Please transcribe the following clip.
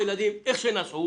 הילדים נסעו איך שנסעו